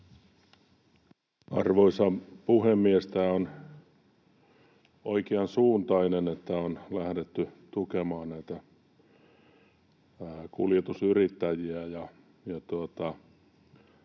Arvoisa puhemies! Tämä on oikeansuuntaista, että on lähdetty tukemaan kuljetusyrittäjiä.